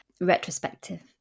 retrospective